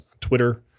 Twitter